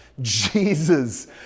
Jesus